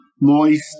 moist